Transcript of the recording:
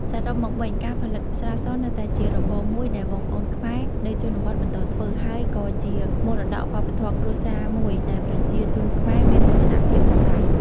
សរុបមកវិញ ការផលិតស្រាសនៅតែជារបរមួយដែលបងប្អូនខ្មែរនៅជនបទបន្តធ្វើ ហើយក៏ជាមរតក៌វប្បធម៌គ្រួសារមួយដែលប្រជាជនខ្មែរមានមោទនភាពផងដែរ។